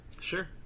Sure